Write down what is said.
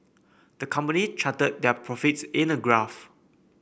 the company charted their profits in a graph